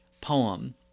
poem